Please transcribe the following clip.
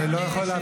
זה לא מורשע.